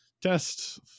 Test